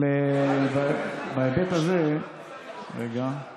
אבל בהיבט הזה אני